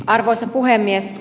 arvoisa puhemies